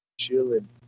Chilling